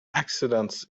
accidents